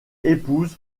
épouse